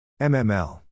MML